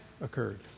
occurred